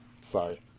sorry